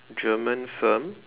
German firm